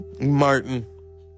Martin